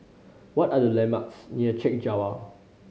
what are the landmarks near Chek Jawa